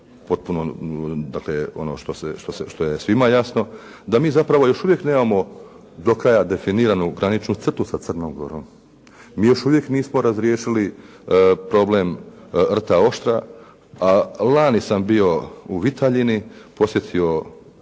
ono što je svima jasno da mi zapravo još uvijek nemamo do kraja definirano graničnu crtu sa Crnom Gorom. Mi još uvijek nismo razriješili problem rta Oštra, a lani samo bio u Vitaljini, posjetio